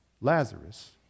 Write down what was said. Lazarus